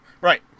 Right